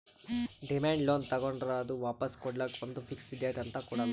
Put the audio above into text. demand loan ತಗೋಂಡ್ರ್ ಅದು ವಾಪಾಸ್ ಕೊಡ್ಲಕ್ಕ್ ಒಂದ್ ಫಿಕ್ಸ್ ಡೇಟ್ ಅಂತ್ ಕೊಡಲ್ಲ